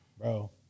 Bro